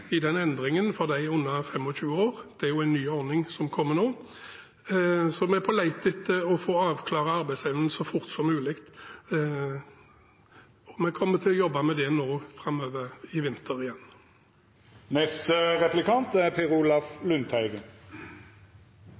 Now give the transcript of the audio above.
i den endringen for dem under 25 år, det er en ny ordning som kommer nå – så vi er på leit etter å få avklart arbeidsevnen så fort som mulig. Vi kommer til å jobbe med det nå framover i vinter.